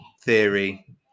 theory